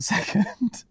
Second